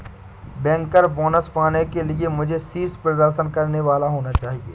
banker bonus पाने के लिए मुझे शीर्ष प्रदर्शन करने वाला होना चाहिए